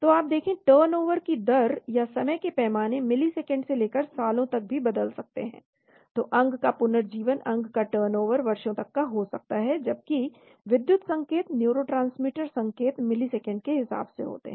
तो आप देखें टर्नओवर की दर या समय के पैमाने मिलिसेकंड से लेकर सालों तक भी बदल सकते हैं तो अंग का पुनर्जीवन अंग का टर्नओवर वर्षों तक का हो सकता है जबकि विद्युत संकेत न्यूरोट्रांसमीटर संकेत मिलिसकंड के हिसाब से होते हैं